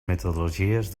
metodologies